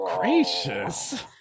gracious